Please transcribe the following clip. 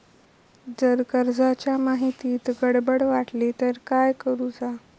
जर कर्जाच्या माहितीत गडबड वाटली तर काय करुचा?